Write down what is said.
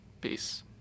Peace